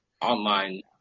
online